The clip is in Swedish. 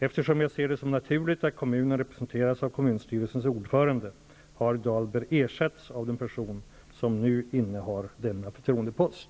Eftersom jag ser det som naturligt att kommunen representeras av kom munstyrelsens ordförande, har Dahlberg ersatts av den person som nu innehar denna förtroende post.